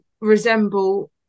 resemble